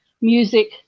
music